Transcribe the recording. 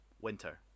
winter